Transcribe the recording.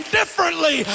differently